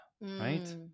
Right